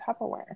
Tupperware